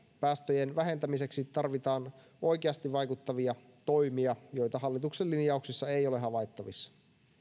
päästöjen vähentämiseksi tarvitaan oikeasti vaikuttavia toimia joita hallituksen linjauksissa ei ole havaittavissa